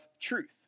truth